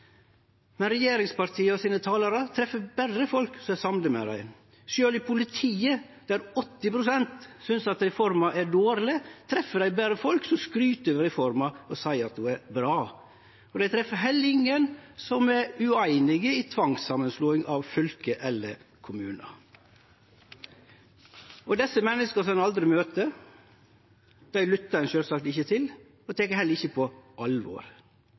men talarane frå regjeringspartia treffer berre folk som er samde med dei. Sjølv i politiet, der 80 pst. synest reforma er dårleg, treffer dei berre folk som skryter av reforma og seier at ho er bra. Dei treffer heller ingen som er ueinige i tvangssamanslåing av fylke eller kommunar. Desse menneska som ein aldri møter, lyttar ein sjølvsagt ikkje til og tek heller ikkje på alvor.